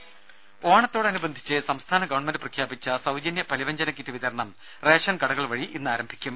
രുമ ഓണത്തോടനുബന്ധിച്ച് സംസ്ഥാന ഗവൺമെന്റ് പ്രഖ്യാപിച്ച സൌജന്യ പലവ്യഞ്ജന കിറ്റ് വിതരണം റേഷൻ കടകൾ വഴി ഇന്ന് ആരംഭിക്കും